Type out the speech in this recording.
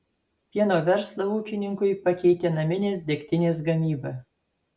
pieno verslą ūkininkui pakeitė naminės degtinės gamyba